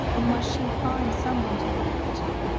or must she find someone to look up to,